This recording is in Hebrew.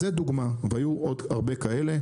זו דוגמה, והיו עוד הרבה כאלה.